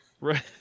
Right